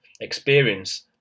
experience